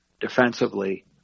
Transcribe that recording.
defensively